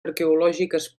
arqueològiques